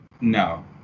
No